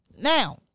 now